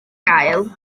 gael